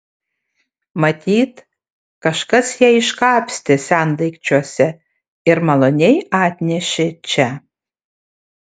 matyt kažkas ją iškapstė sendaikčiuose ir maloniai atnešė čia